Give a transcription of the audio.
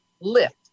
Lift